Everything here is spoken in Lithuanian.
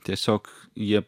tiesiog jie